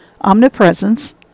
Omnipresence